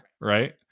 right